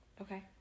Okay